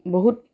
বহুত